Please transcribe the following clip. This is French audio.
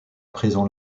présent